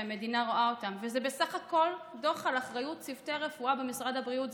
זה בסך הכול דוח על אחריות צוותי רפואה במשרד הבריאות.